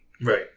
Right